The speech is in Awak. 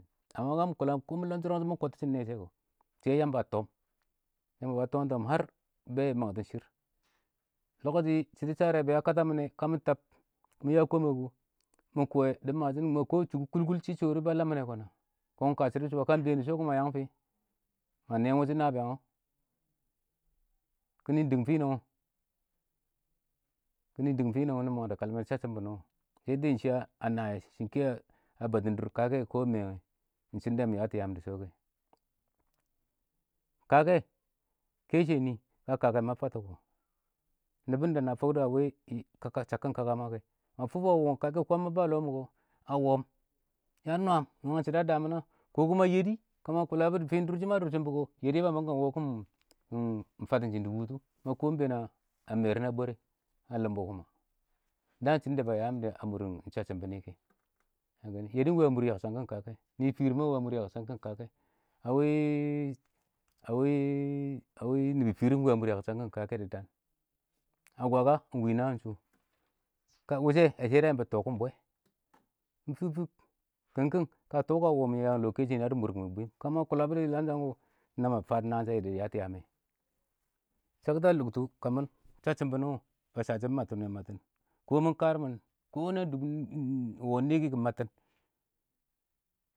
lonshɪriɪng shɪn mɪ yitishɪm nɛ shɛ kɪ Yamba ba tɪɪm tiim ha bɛɛ yɛle tɪn shɪr kɪrfi shɪdɪshasshae bɛɛ a kəta menɛ be mɪ tab mɪ mwwɪɪnku ma famfa shɪds ma bits a likɛ kɪnɪ dɪng fɪnɪ wɪɪn nɪ mangode kəlmɛ dɪ shashɪm bɪnɪ wɪɪn wɪɪnshɪ a nɛiyɛ iɪng kɛ a dʊr kəkɛ yɛ mee wɛ iɪng shɪds nɪ yatɔ yaam dɪ shɪ kɛ kəkɛ kɛshɛ nɪ kə yatɔ yaam dɪ shɪkɛ kəkɛ kɛshɛ nɪ kə kəkɛ mab fats kɪ nɪbɪn da na furds awɪɪn chabkɪn kəkə makɛ ma kʊ shɪ a wɪɪnim fats wɪɪn kəkɛ a mab wɛ dan yabɪ yɛdɪ kəma ma kɪ a merɪn a bwarɛ kə kɪ a limbs daan shɪds ba ya a mʊr shashshɪn bɪnɪ kɛ yɛ dɪ iɪng wa mʊr yakʊhankɪn kəkɛ nɪi fɪrɪ kɪdɪ iɪng wo mʊrshɪ dɪ daan agwagwa iɪngwɪɪn nanshu wushɛ a yimbi tikɪn bwɛ iɪng fib fib kɪɪng kɪɪng ma kɪ a wɪɪnm butɔ a yangɪn ɪn nɪnang yadɪ mʊrkɪm bwɪɪnɪn